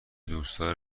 دوستدار